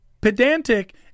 pedantic